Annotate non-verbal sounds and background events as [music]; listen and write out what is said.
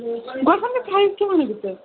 [unintelligible]